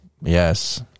Yes